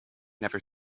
never